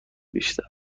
بیشتر